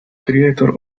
creator